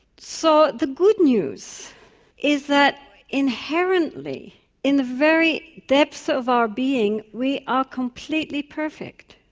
so the good news is that inherently in the very depths of our being we are completely perfect,